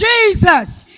Jesus